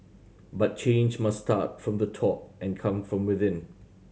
but change must start from the top and come from within